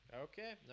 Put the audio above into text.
Okay